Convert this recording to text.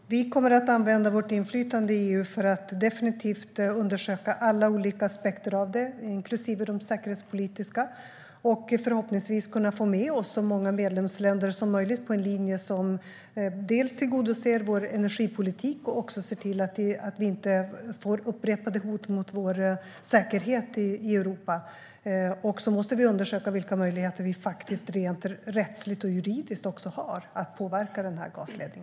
Herr talman! Vi kommer att använda vårt inflytande i EU för att undersöka alla olika aspekter av detta, inklusive de säkerhetspolitiska. Förhoppningsvis kan vi få med oss så många medlemsländer som möjligt på en linje som tillgodoser vår energipolitik och ser till att vi inte får upprepade hot mot Europas säkerhet. Vi måste också undersöka vilka möjligheter vi faktiskt rent rättsligt och juridiskt har för att påverka denna gasledning.